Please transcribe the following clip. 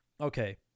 Okay